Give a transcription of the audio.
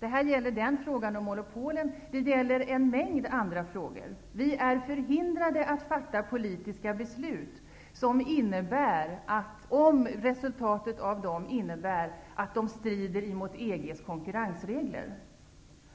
Det jag sagt gäller frågan om monopolen, men det gäller också en mängd andra frågor. Vi i riksdagen är förhindrade att fatta politiska beslut som strider mot EG:s konkurrensregler